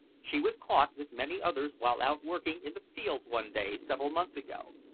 she was caught, with many others, while out working in the fields one day several months ago,